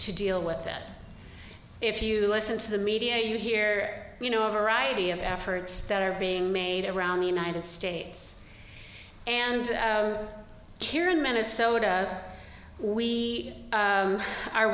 to deal with that if you listen to the media you hear you know a variety of efforts that are being made around the united states and here in minnesota we